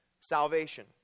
salvation